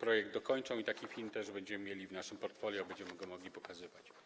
projekt dokończą i taki film też będziemy mieli w naszym portfolio, będziemy go mogli pokazywać.